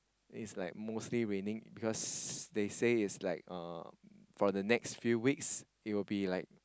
is like mostly raining because they say is like uh for the next few weeks it will be like